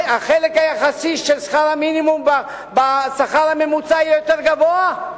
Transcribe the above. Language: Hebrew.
החלק היחסי של שכר המינימום בשכר הממוצע יהיה יותר גבוה?